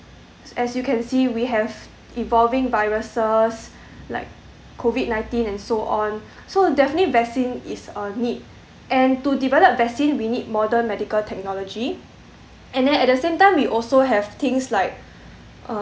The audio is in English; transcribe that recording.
as you can see we have evolving viruses like COVID nineteen and so on so definitely vaccine is a need and to develop vaccine we need modern medical technology and then at the same time we also have things like uh